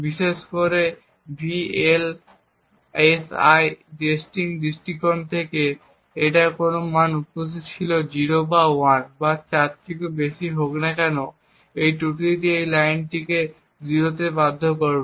বিশেষ করে VLSI testing দৃষ্টিকোণ থেকে তাই কোন মান উপস্থিত ছিল তা 0 বা 1 বা আরও বেশি হোক না কেন এই ত্রুটিটি এই লাইনটিকে 0 তে বাধ্য করবে